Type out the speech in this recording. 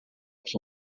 que